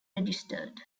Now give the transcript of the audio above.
registered